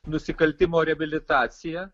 nusikaltimo reabilitacija